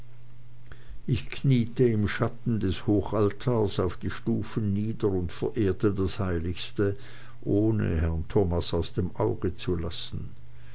ich kniete im schatten des hochaltars auf die stufen nieder und verehrte das heiligste ohne herrn thomas aus dem auge zu lassen